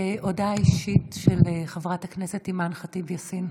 הודעה אישית של חברת הכנסת אימאן ח'טיב יאסין.